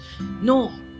no